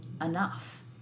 enough